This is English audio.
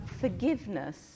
forgiveness